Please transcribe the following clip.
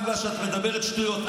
בגלל שאת מדברת שטויות.